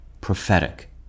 prophetic